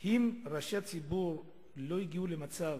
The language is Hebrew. אם ראשי הציבור לא הגיעו למצב